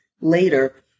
later